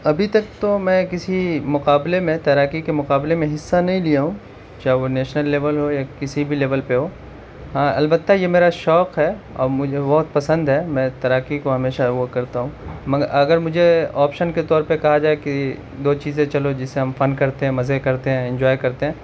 ابھی تک تو میں کسی مقابلے میں تیراکی کے مقابلے میں حصہ نہیں لیا ہوں ابھی تک تو میں کسی مقابلے میں تیراکی کے مقابلے میں حصہ نہیں لیا ہوں چاہے وہ نیشنل لیول ہو یا کسی بھی لیول پہ ہو ہاں البتہ یہ میرا شوق ہے اور مجھے بہت پسند ہے میں تیراکی کو ہمیشہ وہ کرتا ہوں مگر اگر مجھے آپشن کے طور پہ کہا جائے کہ دو چیزیں چلو جس سے ہم فن کرتے ہیں مزے کرتے ہیں انجوائے کرتے ہیں